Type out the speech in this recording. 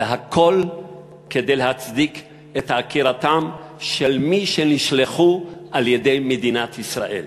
והכול כדי להצדיק את עקירתם של מי שנשלחו על-ידי מדינת ישראל.